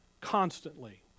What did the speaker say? constantly